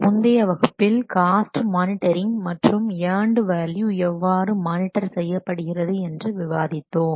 முந்தைய வகுப்பில் cost monitoring மற்றும் ஏண்டு வேல்யூ எவ்வாறு மானிட்டர் செய்யப்படுகிறது என்று விவாதித்தோம்